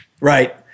Right